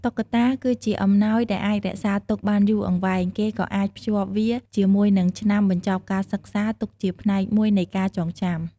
តុក្កតា គឺជាអំណោយដែលអាចរក្សាទុកបានយូរអង្វែង គេក៏អាចភ្ជាប់វាជាមួយនឹងឆ្នាំបញ្ចប់ការសិក្សា ទុកជាផ្នែកមួយនៃការចងចាំ។